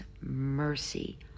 mercy